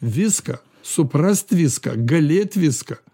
viską suprast viską galėt viską